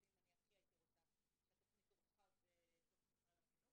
משמעותיים ואני הכי הייתי רוצה שהתוכנית תורחב בתוך משרד החינוך,